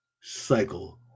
cycle